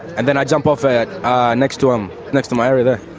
and then i jump off next to um next to my area